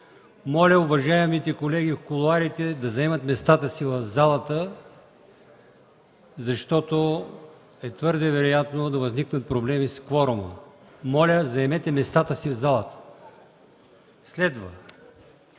Моля, уважаемите колеги в кулоарите, да заемат местата си в залата, защото е твърде вероятно да възникнат проблеми с кворума. Моля, заемете си местата в залата.